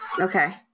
Okay